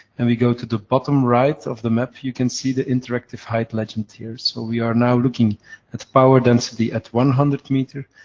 and we go to the bottom-right of the map, you can see the interactive height legend here. so, we are now looking at power density at one hundred meter,